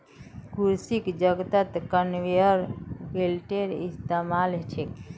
कृषि जगतत कन्वेयर बेल्टेर इस्तमाल छेक